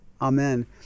amen